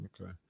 Okay